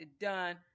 done